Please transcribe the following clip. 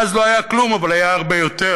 ואז לא היה כלום, אבל היה הרבה יותר.